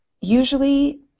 Usually